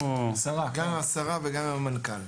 עם השרה ועם המנכ"ל.